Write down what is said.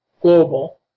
Global